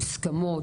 מוסכמות,